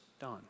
done